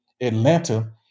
Atlanta